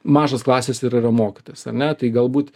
mažos klasės ir yra mokytojas ar ne tai galbūt